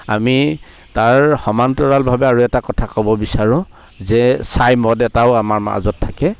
আমি তাৰ সমান্তৰালভাৱে আৰু এটা কথা ক'ব বিচাৰোঁ যে ছাই মদ এটাও আমাৰ মাজত থাকে